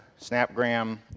Snapgram